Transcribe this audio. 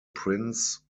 prince